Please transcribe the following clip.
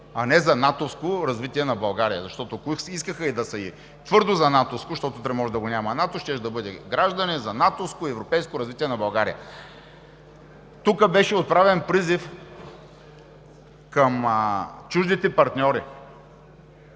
а не за натовско развитие на България, защото, ако искаха да са и твърдо за натовско, защото утре може да го няма НАТО, щеше да бъде „Граждани за натовско и европейско развитие на България“. Тук беше отправен призив към чуждите партньори.